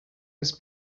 his